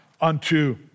unto